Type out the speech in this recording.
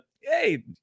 hey